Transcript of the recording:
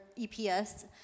EPS